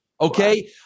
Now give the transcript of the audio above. Okay